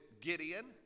Gideon